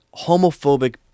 homophobic